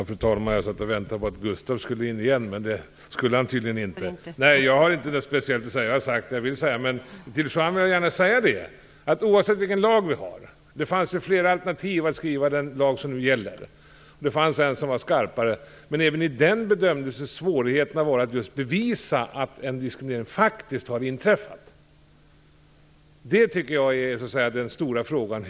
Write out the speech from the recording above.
Fru talman! Jag har inte något speciellt att säga. Jag har sagt det jag vill säga. Men till Juan Fonseca vill jag gärna säga att det fanns flera alternativ när det gäller att skriva den lag som nu gäller. Det fanns ett som var skarpare. Men även där bedömdes svårigheten vara att bevisa att en diskriminering faktiskt har inträffat. Det tycker jag är den stora frågan.